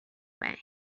way